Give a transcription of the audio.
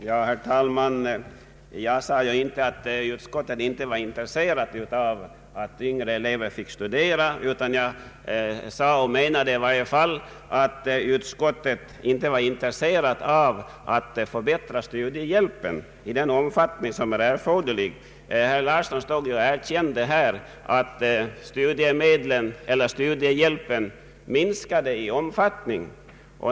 Herr talman! Jag sade inte att utskottet inte var intresserat av att yngre elever fick studera. Jag menade i varje fall, att utskottet inte var intresserat av att förbättra studiehjälpen i den omfattning som är erforderlig. Herr Larsson erkände att studiehjälpen minskade i omfattning.